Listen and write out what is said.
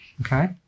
Okay